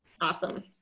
Awesome